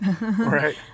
Right